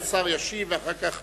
השר ישיב ואחר כך